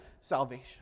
salvation